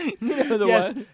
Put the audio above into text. Yes